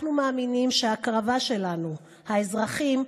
אנחנו מאמינים שההקרבה שלנו, האזרחים,